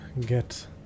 get